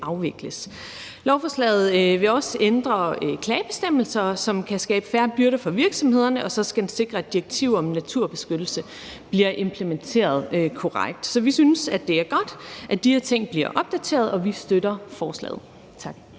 Lovforslaget vil også ændre klagebestemmelser, hvilket kan skabe færre byrder for virksomhederne, og så skal det sikre, at et direktiv om naturbeskyttelse bliver implementeret korrekt. Vi synes, det er godt, at de her ting bliver opdateret, og vi støtter forslaget. Tak.